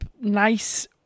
nice